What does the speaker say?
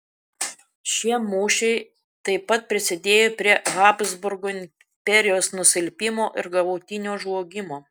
šie mūšiai taip pat prisidėjo prie habsburgų imperijos nusilpimo ir galutinio žlugimo